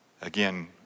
Again